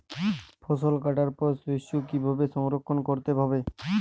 ফসল কাটার পর শস্য কীভাবে সংরক্ষণ করতে হবে?